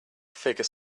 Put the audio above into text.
figure